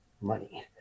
money